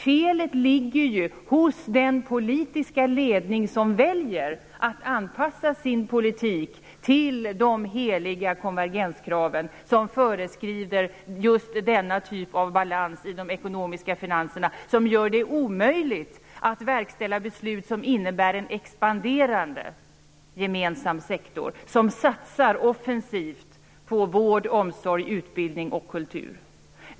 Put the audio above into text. Felet ligger hos den politiska ledning som väljer att anpassa sin politik till de heliga konvergenskrav som föreskriver just denna typ av balans i finanserna, vilket gör det omöjligt att verkställa beslut som innebär en expanderande gemensam sektor och offensiva satsningar på vård, omsorg, utbildning och kultur.